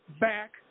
back